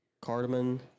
cardamom